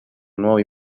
nuovi